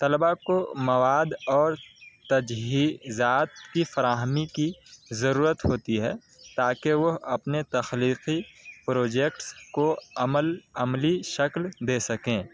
طلبہ کو مواد اور تجہیزات کی فراہمی کی ضرورت ہوتی ہے تاکہ وہ اپنے تخلیقی پروجیکٹس کو عمل عملی شکل دے سکیں